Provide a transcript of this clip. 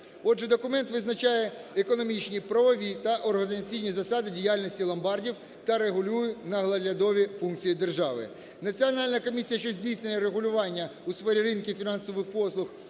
Отже документ визначає економічні, правові та організаційні засади діяльності ломбардів та регулює наглядові функції держави. Національна комісія, що здійснює регулювання у сфері ринків фінансових послуг,